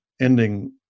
ending